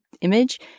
image